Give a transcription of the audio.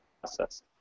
process